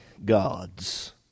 gods